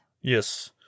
Yes